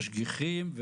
משגיחים,